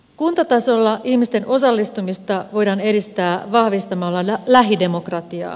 kuntatasolla ihmisten osallistumista voidaan edistää vahvistamalla lähidemokratiaa